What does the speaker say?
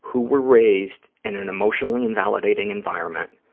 who were raised in an emotionally invalidating environment